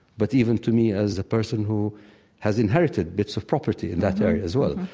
but even to me as a person who has inherited bits of property in that area as well.